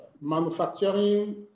manufacturing